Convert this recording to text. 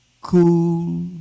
cool